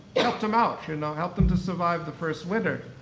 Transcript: helped them out, you know helped them to survive the first winter.